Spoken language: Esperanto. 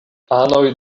anoj